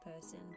person